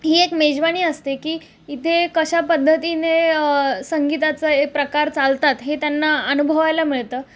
ही एक मेजवानी असते की इथे कशा पद्धतीने संगीताचा ए प्रकार चालतात हे त्यांना अनुभवायला मिळतं